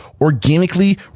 organically